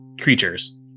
creatures